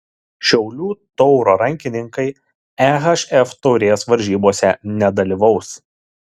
šiaulių tauro rankininkai ehf taurės varžybose nedalyvaus